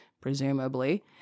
presumably